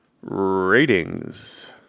Ratings